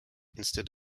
instead